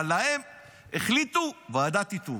אבל להם החליטו שתהיה ועדת איתור.